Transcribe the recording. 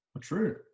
True